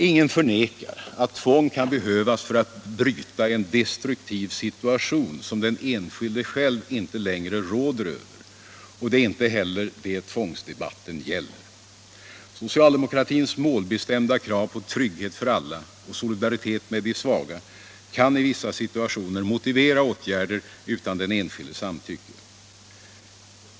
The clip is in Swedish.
Ingen förnekar att tvång kan behövas för att bryta en destruktiv situation som den enskilde själv inte längre råder över, och det är inte heller det tvångsdebatten gäller. Socialdemokratins målbestämda krav på trygghet för alla och solidaritet med de svaga kan i vissa situationer motivera åtgärder utan den enskildes samtycke.